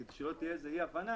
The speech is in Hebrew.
כדי שלא תהיה אי הבנה,